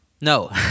No